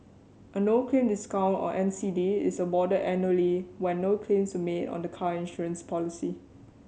a no claim discount or N C D is awarded annually when no claims were made on the car insurance policy